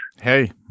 Hey